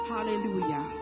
Hallelujah